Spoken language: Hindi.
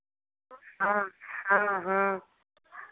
हाँ हाँ हाँ